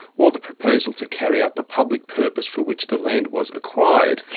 or the proposal to carry out the public purpose for which the land was acquired.